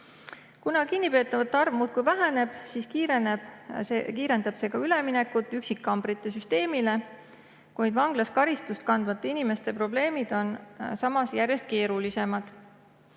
Kuna kinnipeetavate arv muudkui väheneb, siis kiirendab see ka üleminekut üksikkambrite süsteemile. Kuid vanglas karistust kandvate inimeste probleemid on samas järjest keerulisemad.